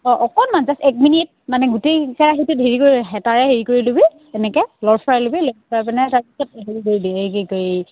অঁ অকণমান জাষ্ট এক মিনিট মানে গোটেই সেইটোত হেৰি কৰি হেতাৰে হেৰি কৰি লবি এনেকে লৰফৰাই লবি লৰফৰাই পিনে তাৰপিছত হেৰি কৰি দি হেৰি কৰি